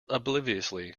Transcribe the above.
obliviously